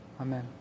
Amen